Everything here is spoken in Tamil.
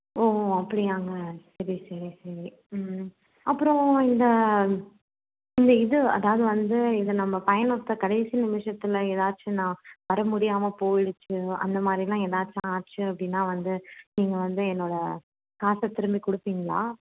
ஓ ஓ அப்படியாங்க சரி சரி சரி ம்ம் அப்புறம் இந்த இந்த இது அதாவது வந்து இதை நம்ம பயணத்தை கடைசி நிமிஷத்தில் ஏதாச்சு நான் வர முடியாமல் போயிடுச்சு அந்த மாதிரிலாம் ஏதாச்சும் ஆச்சு அப்படின்னா வந்து நீங்கள் வந்து என்னோட காசை திரும்பி கொடுப்பீங்களா